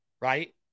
right